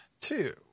two